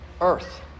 earth